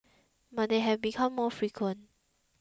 but they have become more frequent